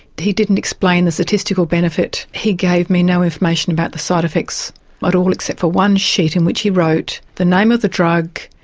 he didn't explain the statistical benefit. he gave me no information about the side-effects at but all except for one sheet in which he wrote the name of the drug,